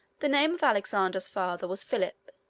the name of alexander's father was philip.